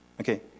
okay